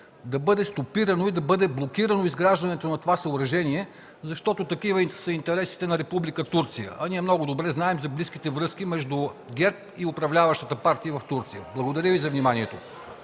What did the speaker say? да бъде стопирано и блокирано изграждането на това съоръжение, защото такива са интересите на Република Турция, а ние много добре знаем за близките връзки между ГЕРБ и управляващата партия в Турция. Благодаря Ви за вниманието.